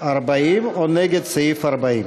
40 או נגד סעיף 40?